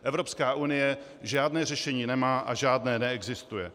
Evropská unie žádné řešení nemá a žádné neexistuje.